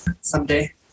someday